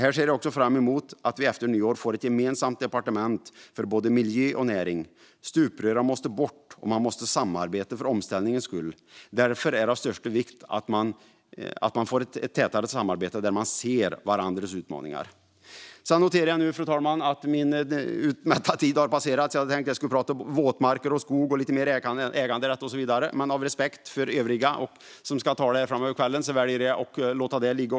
Här ser jag också fram emot att vi efter nyår får ett gemensamt departement för både miljö och näring. Stuprören måste bort, och man måste samarbeta för omställningens skull. Därför är det av största vikt att man får ett tätare samarbete där man ser varandras utmaningar. Jag noterar nu, fru talman, att min utmätta talartid har passerats. Jag hade tänkt prata om våtmarker, skog, äganderätt och så vidare, men av respekt för övriga som ska tala under kvällen väljer jag att låta det ligga.